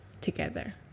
together